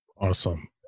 Awesome